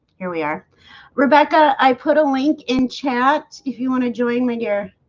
here, we are rebecca. i put a link in chat if you want to join my year